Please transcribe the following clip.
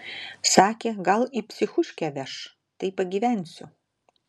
sakė gal į psichuškę veš tai pagyvensiu